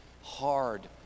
hard